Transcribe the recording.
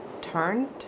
turned